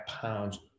pounds